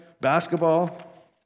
basketball